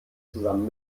zusammen